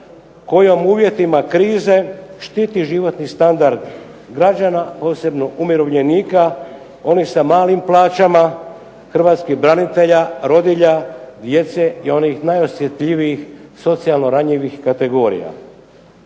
kojom u uvjetima krize štiti životni standard građana, posebno umirovljenika, onih sa malim plaćama, hrvatskih branitelja, rodilja, djece i onih najosjetljivijih socijalno ranjivih kategorija.